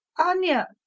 Anya